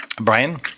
Brian